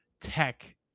tech